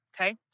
Okay